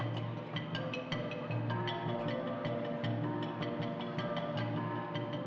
and and and and and